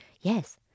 Yes